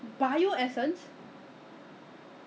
有时候我觉得他骗人的 leh you know why there was once I bought